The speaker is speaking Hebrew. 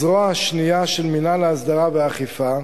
הזרוע השנייה של מינהל ההסדרה והאכיפה,